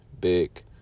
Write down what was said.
big